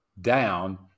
down